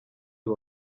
uyu